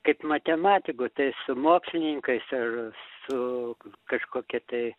kaip matematikų tai su mokslininkais ar su kažkokia tai